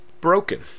broken